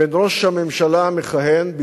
בין ראש הממשלה המכהן,